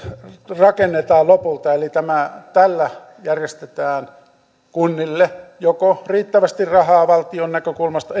rakennetaan lopulta eli tällä järjestetään kunnille riittävästi rahaa valtion näkökulmasta